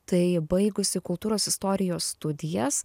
tai baigusi kultūros istorijos studijas